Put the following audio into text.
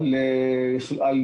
אתה לא מאמין מה אתה רואה,